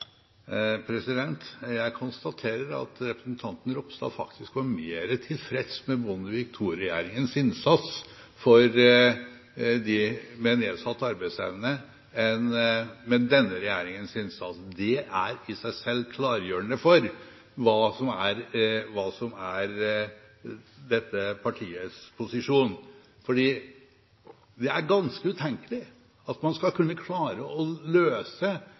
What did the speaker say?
arbeid. Jeg konstaterer at representanten Ropstad faktisk var mer tilfreds med Bondevik II-regjeringens innsats for dem med nedsatt arbeidsevne enn med denne regjeringens innsats. Det er i seg selv klargjørende for hva som er dette partiets posisjon. Det er ganske utenkelig at man skal kunne klare å løse